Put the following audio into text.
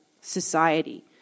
society